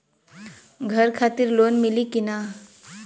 घर खातिर लोन मिली कि ना?